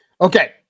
Okay